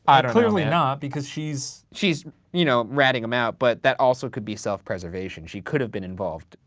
um clearly not, because she's she's you know ratting him out, but that also could be self-preservation. she could have been involved.